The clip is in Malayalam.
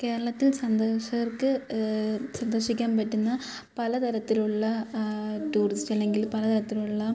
കേരളത്തിൽ സന്ദർശകർക്ക് സന്ദർശിക്കാൻ പറ്റുന്ന പല തരത്തിലുള്ള ടൂറിസ്റ്റ് അല്ലെങ്കിൽ പല തരത്തിലുള്ള